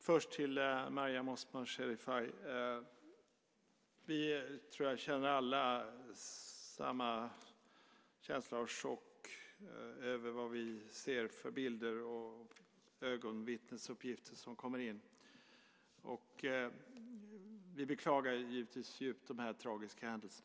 Fru talman! Till Mariam Osman Sherifay vill jag säga att vi alla har samma känsla av chock inför de bilder och ögonvittnesuppgifter som vi får ta del av. Vi beklagar givetvis djupt dessa tragiska händelser.